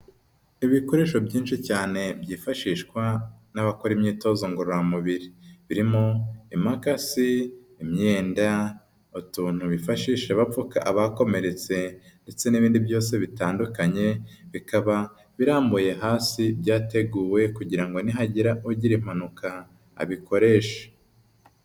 Ibikoresho byinshi cyane byifashishwa n'abakora imyitozo ngororamubiri, birimo impakasi, imyenda, utuntu bifashisha bapfuka abakomeretse, ndetse n'ibindi byose bitandukanye, bikaba birambuye hasi byateguwe, kugira ngo nihagira ugira impanuka abikoreshe.